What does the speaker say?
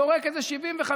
זורק איזה 75%,